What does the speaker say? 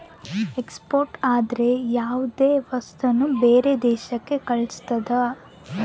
export ಅಂದ್ರ ಯಾವ್ದೇ ವಸ್ತುನ ಬೇರೆ ದೇಶಕ್ ಕಳ್ಸೋದು